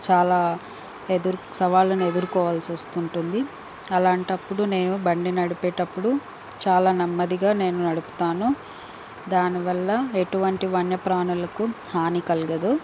చాలా ఎదురు సవాళ్ళను ఎదుర్కోవాల్సి వస్తుంటుంది అలాంటప్పుడు నేను బండి నడిపేటప్పుడు చాలా నెమ్మదిగా నేను నడుపుతాను దానివల్ల ఎటువంటి వన్య ప్రాణులకు హాని కలుగదు